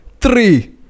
three